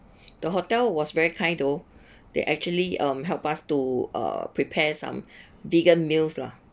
the hotel was very kind though they actually um help us to uh prepare some vegan meals lah